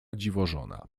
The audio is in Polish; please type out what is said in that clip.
dziwożona